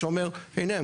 שאומר: הנה,